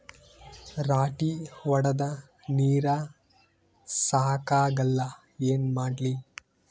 ರಾಟಿ ಹೊಡದ ನೀರ ಸಾಕಾಗಲ್ಲ ಏನ ಮಾಡ್ಲಿ?